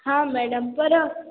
हा मैडम पर